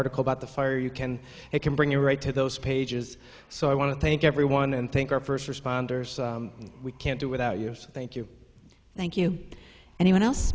article about the fire you can it can bring you right to those pages so i want to thank everyone and thank our first responders we can't do without us thank you thank you anyone else